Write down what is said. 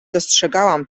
dostrzegałam